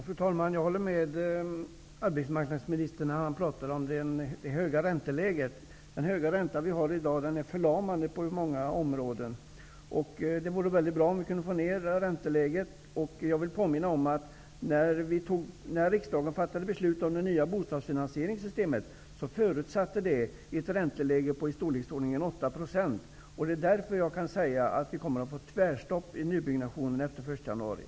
Fru talman! Jag håller med arbetsmarknadsministern när det gäller det höga ränteläget. Dagens höga ränta är förlamande. Det gäller på många områden. Det vore därför väldigt bra om vi kunde få ner räntan. Jag vill påminna om att det av riksdagen beslutade nya bostadsfinansieringssystemet förutsatte ett läge med en ränta på i storleksordningen 8 %. Det är mot den bakgrunden som jag kan säga att det kommer att bli tvärstopp i nybyggnationen efter den 1 januari.